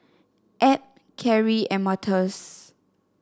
Ab Keri and Martez